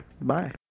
Bye